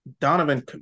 Donovan